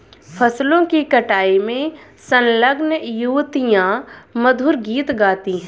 फसलों की कटाई में संलग्न युवतियाँ मधुर गीत गाती हैं